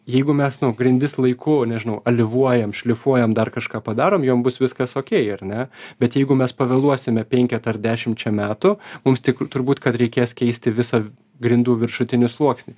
jeigu mes nu grindis laiku nežinau alyvuoja šlifuojam dar kažką padarom joms bus viskas okei ar ne bet jeigu mes pavėluosime penketą ar dešimčia metų mums tikr turbūt kad reikės keisti visą grindų viršutinį sluoksnį